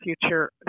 future